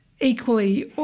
equally